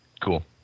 cool